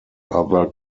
other